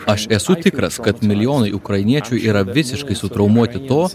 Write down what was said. aš esu tikras kad milijonai ukrainiečių yra visiškai sutraumuoti to